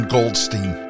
Goldstein